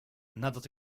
nadat